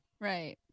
Right